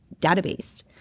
database